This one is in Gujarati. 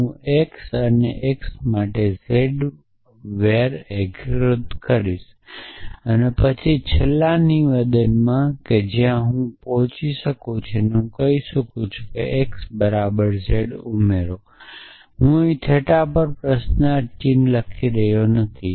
હું x અને x અને z સાથે var એકીકૃત કહીશ અને પછી છેલ્લા નિવેદનમાં જે હું ત્યાં પહોંચી શકું છું હું કહીશ કે ઉમેરવું x બરાબર z હું અહીં થેટા પર પ્રશ્ન ચિહ્ન લખી રહ્યો નથી